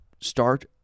start